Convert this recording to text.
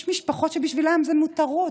יש משפחות שבשבילם זה מותרות,